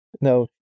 no